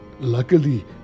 Luckily